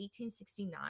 1869